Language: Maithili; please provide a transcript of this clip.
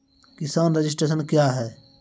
किसान रजिस्ट्रेशन क्या हैं?